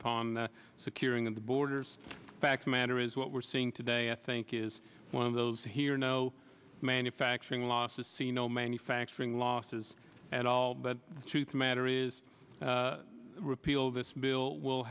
upon securing the borders facts matter is what we're seeing today i think is one of those here no manufacturing losses see no manufacturing losses at all but two three matter is repeal this bill will